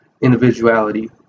individuality